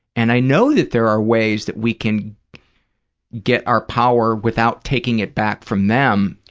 and i know that there are ways that we can get our power without taking it back from them